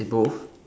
it's both